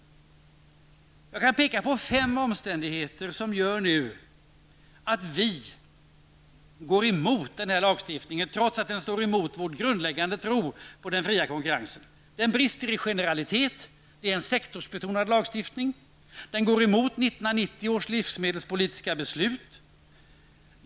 Jag kan peka på fem omständigheter som gör att vi går emot den här lagstiftningen, och då får man inte glömma vår grundläggande tro på den fria konkurrensen. Den här lagstiftningen brister nämligen i fråga om generalitet. Vidare är det en sektorsbetonad lagstiftning. Den här lagstiftningen går emot 1990 års livsmedelspolitiska beslut.